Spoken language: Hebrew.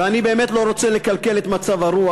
ואני באמת לא רוצה לקלקל את מצב הרוח,